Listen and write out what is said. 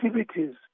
activities